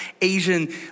Asian